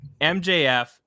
MJF